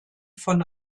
von